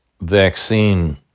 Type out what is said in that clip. vaccine